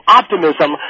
optimism